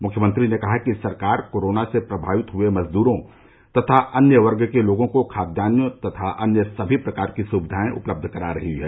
मुख्यमंत्री ने कहा कि सरकार कोरोना से प्रभावित हुए मजदूरों तथा अन्य वर्ग के लोगों को खाद्यान्न तथा अन्य समी प्रकार की सुविधाए उपलब्ध करा रही है